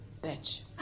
bitch